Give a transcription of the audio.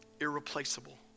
irreplaceable